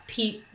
Pete